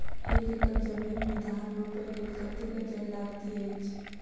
एक एकड़ जमीन मे धान रोपय लेल कतेक जल लागति अछि?